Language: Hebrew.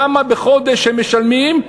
כמה בחודש הם משלמים,